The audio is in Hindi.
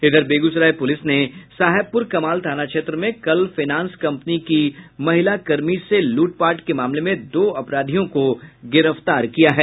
इधर बेगूसराय पुलिस ने साहेबपुर कमाल थाना क्षेत्र में कल फाइनांस कम्पनी की महिला कर्मी से लूट पाट के मामले में दो अपराधियों को गिरफ्तार किया है